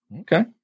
okay